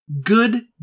Good